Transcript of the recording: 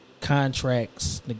contracts